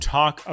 talk